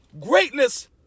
Greatness